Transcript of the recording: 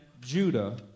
Judah